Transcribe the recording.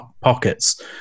pockets